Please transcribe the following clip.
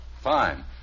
fine